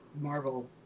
Marvel